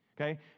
Okay